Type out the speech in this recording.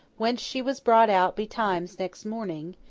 whence she was brought out betimes next morning,